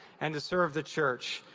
and to serve the church.